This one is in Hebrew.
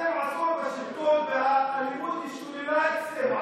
אתם עשור בשלטון, והאלימות השתוללה אצלנו.